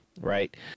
Right